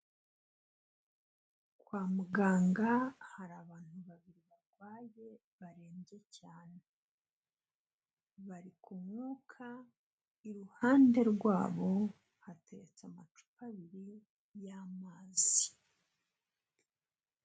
Kwa muganga hari abantu babiri barwaye barembye cyane, bari ku mwuka, iruhande rwabo hateretse amacupa abiri y'amazi.